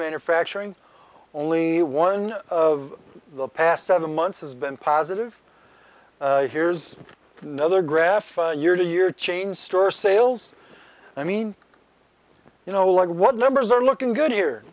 manufacturing or only one of the past seven months has been positive here's another graph year to year chain store sales i mean you know like what numbers are looking good here